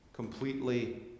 completely